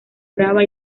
brava